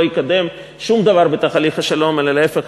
יקדם שום דבר בתהליך השלום אלא להפך,